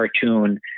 cartoon